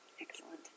Excellent